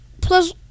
plus